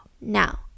now